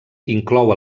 inclou